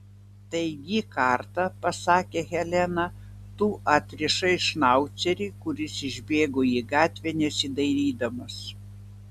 taigi kartą pasakė helena tu atrišai šnaucerį kuris išbėgo į gatvę nesidairydamas